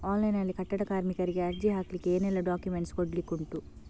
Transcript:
Online ನಲ್ಲಿ ಕಟ್ಟಡ ಕಾರ್ಮಿಕರಿಗೆ ಅರ್ಜಿ ಹಾಕ್ಲಿಕ್ಕೆ ಏನೆಲ್ಲಾ ಡಾಕ್ಯುಮೆಂಟ್ಸ್ ಕೊಡ್ಲಿಕುಂಟು?